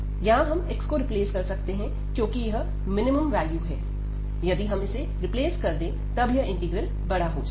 यहां हम x को रिप्लेस कर सकते हैं क्योंकि यह मिनिमम वैल्यू है यदि हम इसे रिप्लेस कर दें तब इंटीग्रल बड़ा हो जाएगा